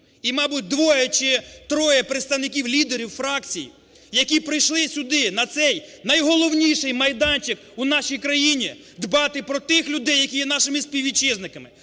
і, мабуть, двоє чи троє представників лідерів фракцій, які прийшли сюди на цей найголовніший майданчик у нашій країні дбати про тих людей, які є нашими співвітчизниками,